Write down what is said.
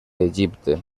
egipte